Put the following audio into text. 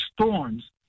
storms